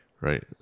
right